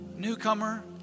newcomer